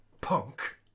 Punk